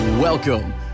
Welcome